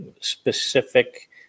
specific